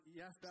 yes